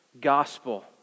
gospel